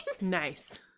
Nice